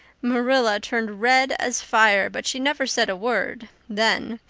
marilla turned red as fire but she never said a word then.